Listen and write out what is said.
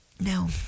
No